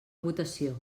votació